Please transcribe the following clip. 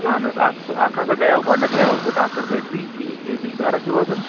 اَہن حظ اکھ سُہ اَکھ ہسا گیو گۄڈنٮ۪تھ گیوس بہٕ ڈاکٹر دٔرزی یہِ چھُ بِیجبِہارا روزَان